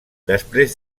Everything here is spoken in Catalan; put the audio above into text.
després